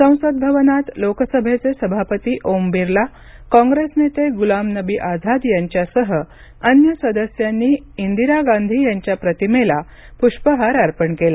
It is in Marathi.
संसद भवनात लोकसभेचे सभापती ओम बिर्ला काँग्रेस नेते गुलाम नबी आझाद यांच्यासह अन्य सदस्यांनी इंदिरा गांधी यांच्या प्रतिमेला पुष्पहार अर्पण केला